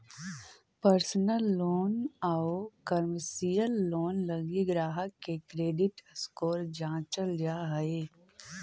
personal loan आउ commercial loan लगी ग्राहक के क्रेडिट स्कोर जांचल जा हइ